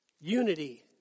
unity